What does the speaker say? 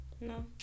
No